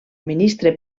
ministre